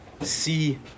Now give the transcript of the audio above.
see